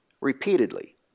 repeatedly